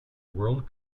world